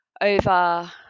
over